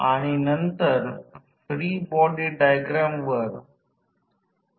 तर हे आहे एमीटर जोडले आहे 1 वॅटमीटर जोडले आहे आणि 1 व्होल्टमीटर आहे